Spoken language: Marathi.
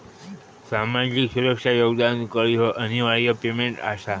सामाजिक सुरक्षा योगदान कर ह्यो अनिवार्य पेमेंट आसा